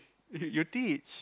you teach